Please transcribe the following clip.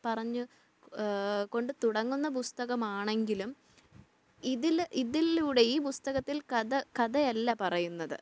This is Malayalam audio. പറഞ്ഞു കൊണ്ട് തുടങ്ങുന്ന പുസ്തകമാണെങ്കിലും ഇതില് ഇതിലൂടെ ഈ പുസ്തകത്തിൽ കഥ കഥയല്ല പറയുന്നത്